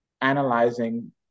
analyzing